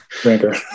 drinker